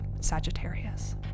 Sagittarius